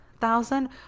thousand